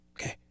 okay